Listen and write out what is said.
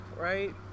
right